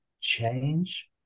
change